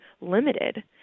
limited